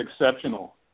exceptional